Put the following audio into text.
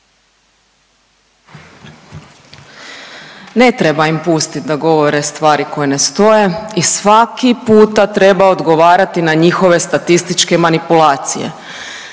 Ne treba im pustiti da govore stvari koje ne stoje i svaki puta treba odgovarati na njihove statističke manipulacije.